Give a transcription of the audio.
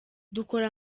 dukora